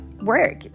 work